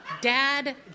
Dad